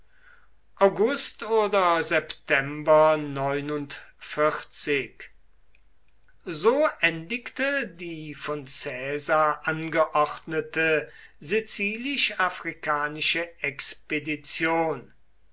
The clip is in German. august oder so endigte die von caesar angeordnete sizilisch afrikanische expedition